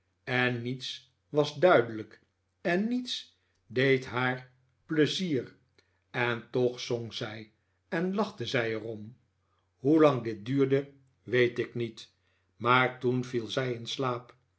en niets was duidelijk en niets deed haar pleizier en toch zong zij en lachte zij er om hoelang dit duurde weet ik niet maar toen viel zij in slaap